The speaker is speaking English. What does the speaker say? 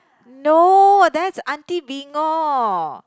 no that's aunty